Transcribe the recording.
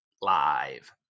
Live